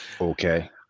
Okay